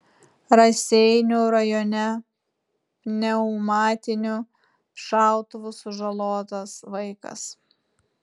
raseinių rajone pneumatiniu šautuvu sužalotas vaikas